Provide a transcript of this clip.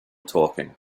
talking